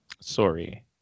Sorry